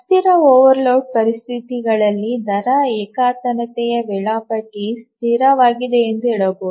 ಅಸ್ಥಿರ ಓವರ್ಲೋಡ್ ಪರಿಸ್ಥಿತಿಗಳಲ್ಲಿ ದರ ಏಕತಾನತೆಯ ವೇಳಾಪಟ್ಟಿ ಸ್ಥಿರವಾಗಿದೆ ಎಂದು ಹೇಳಬಹುದು